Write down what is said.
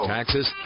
Taxes